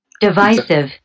Divisive